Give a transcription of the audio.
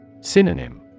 Synonym